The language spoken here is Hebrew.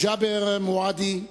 ג'בר מועדי,